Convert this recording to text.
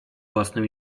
własnym